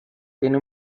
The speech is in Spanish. tiene